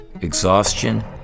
Exhaustion